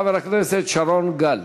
חבר הכנסת שרון גל.